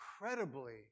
incredibly